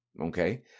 Okay